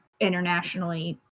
internationally